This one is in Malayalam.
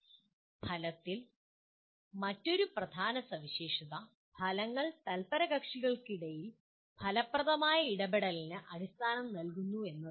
ഫലത്തിന്റെ മറ്റൊരു പ്രധാന സവിശേഷത ഫലങ്ങൾ തല്പരകക്ഷികൾക്കിടയിൽ ഫലപ്രദമായ ഇടപെടലിന് അടിസ്ഥാനം നൽകുന്നു എന്നതാണ്